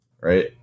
right